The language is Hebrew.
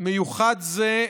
מיוחד זה,